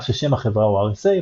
אף ששם החברה הוא "RSA",